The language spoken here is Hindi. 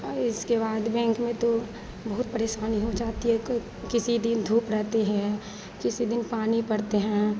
और इसके बाद बैंक में तो बहुत परेशानी हो जाती है किसी दिन धूप रहते हैं किसी दिन पानी पड़ते हैं